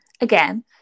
Again